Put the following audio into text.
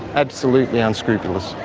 absolutely unscrupulous.